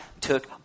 took